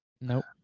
Nope